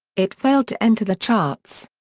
it failed to enter the charts.